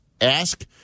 ask